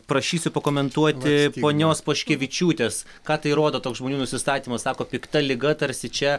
prašysiu pakomentuoti ponios poškevičiūtės ką tai rodo toks žmonių nusistatymas sako pikta liga tarsi čia